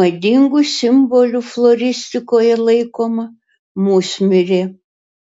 madingu simboliu floristikoje laikoma musmirė